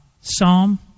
Psalm